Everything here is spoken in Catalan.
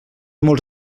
molts